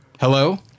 Hello